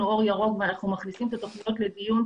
אור ירוק ואנחנו מכניסים את התוכניות לדיון.